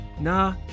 Nah